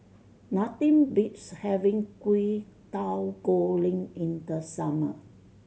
nothing beats having Kwetiau Goreng in the summer